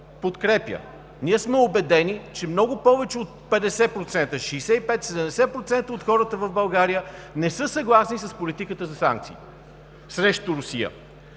подкрепя. Убедени сме, че много повече от 50% – 65%, 70% от хората в България, не са съгласни с политиката за санкции срещу Русия.